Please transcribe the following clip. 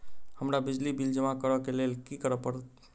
हमरा बिजली बिल जमा करऽ केँ लेल की करऽ पड़त?